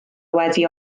wedi